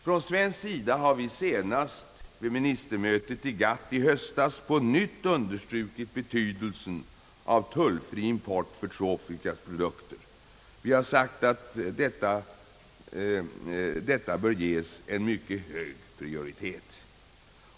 Från svensk sida har vi senast vid ministermötet i GATT i höstas på nytt un derstrukit betydelsen av tullfri import för tropiska produkter. Vi har sagt att denna fråga bör ges en mycket hög prioritet.